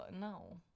No